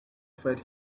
offered